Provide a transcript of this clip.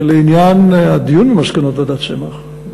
לעניין הדיון במסקנות ועדת צמח,